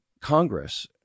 Congress